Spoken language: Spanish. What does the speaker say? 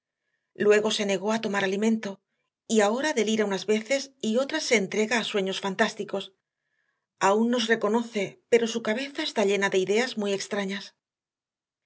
luego se negó a tomar alimento y ahora delira unas veces y otras se entrega a sueños fantásticos aún nos reconoce pero su cabeza está llena de ideas muy extrañas